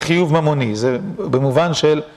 חיוב ממוני, זה במובן של...